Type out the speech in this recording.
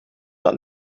dat